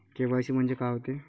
KYC म्हंनजे का होते?